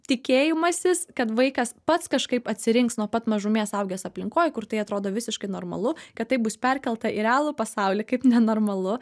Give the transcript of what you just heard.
tikėjimasis kad vaikas pats kažkaip atsirinks nuo pat mažumės augęs aplinkoj kur tai atrodo visiškai normalu kad tai bus perkelta į realų pasaulį kaip nenormalu